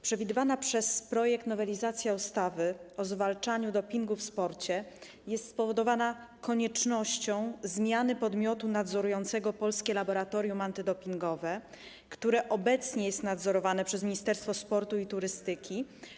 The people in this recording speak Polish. Projekt nowelizacji ustawy o zwalczaniu dopingu w sporcie jest spowodowany koniecznością zmiany podmiotu nadzorującego Polskie Laboratorium Antydopingowe, które obecnie jest nadzorowane przez Ministerstwo Sportu i Turystyki.